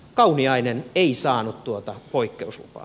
kauniainen ei saanut tuota poikkeuslupaa